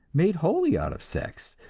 made wholly out of sex,